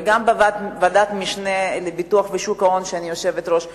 וגם בוועדת משנה לביטוח בשוק ההון שאני היושבת-ראש שלה,